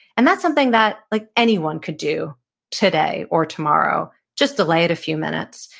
and that's something that like anyone could do today or tomorrow. just delay it a few minutes.